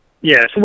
Yes